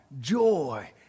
joy